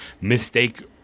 mistake